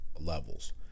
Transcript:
levels